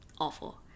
awful